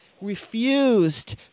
refused